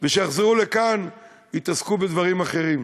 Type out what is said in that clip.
וכשיחזרו לכאן יתעסקו בדברים אחרים.